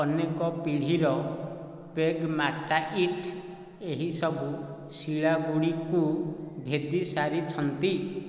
ଅନେକ ପିଢ଼ୀର ପେଗ୍ ମାଟା ଇଟ୍ ଏହିସବୁ ଶିଳାାଗୁଡ଼ିକୁ ଭେଦି ସାରିଛନ୍ତି